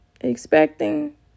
expecting